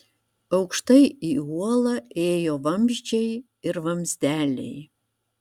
aukštai į uolą ėjo vamzdžiai ir vamzdeliai